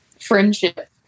friendship